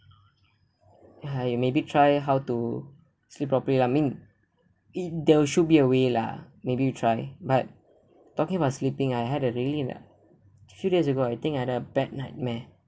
ha you maybe try how to sleep properly lah I mean in there should be a way lah maybe you try but talking about sleeping I had a really in a few days ago I think I had a bad nightmare